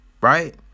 right